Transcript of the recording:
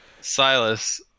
Silas